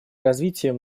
развитием